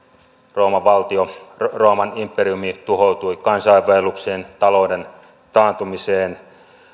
rooman valtio rooman imperiumi tuhoutui kansainvaellukseen talouden taantumiseen